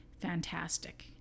fantastic